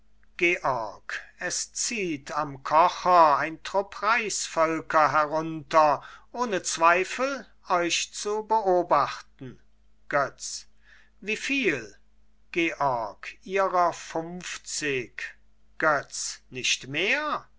georg es zieht am kocher ein trupp reichsvölker herunter ohne zweifel euch zu beobachten götz wieviel georg ihrer funfzig götz nicht mehr